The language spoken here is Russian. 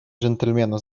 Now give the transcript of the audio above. джентльмена